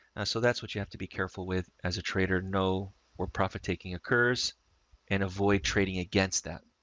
so that's what you have to be careful with as a trader, know where profit taking occurs and avoid trading against that.